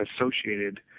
associated